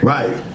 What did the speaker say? Right